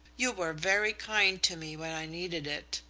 you were very kind to me when i needed it,